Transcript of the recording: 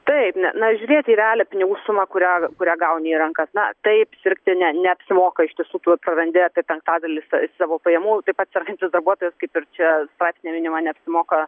taip ne na žiūrėti į realią pinigų sumą kurią kurią gauni į rankas na taip sirgti ne neapsimoka iš tiesų tu prarandi apie penktadalį sa savo pajamų taip pat sergantis darbuotojas kaip ir čia straipsnyje minima neapsimoka